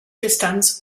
distanz